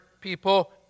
people